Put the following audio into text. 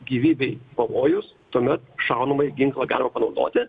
gyvybei pavojus tuomet šaunamąjį ginklą galima panaudoti